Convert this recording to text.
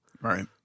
Right